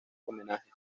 homenajes